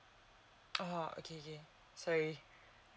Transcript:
oh okay okay sorry